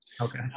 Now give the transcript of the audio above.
Okay